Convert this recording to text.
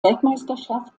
weltmeisterschaft